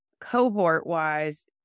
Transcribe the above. cohort-wise